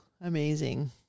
Amazing